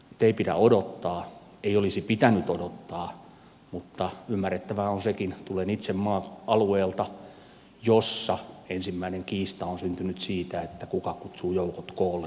ei pidä odottaa ei olisi pitänyt odottaa mutta ymmärrettävää on sekin tulen itse maan alueelta jolla ensimmäinen kiista on syntynyt siitä kuka kutsuu joukot koolle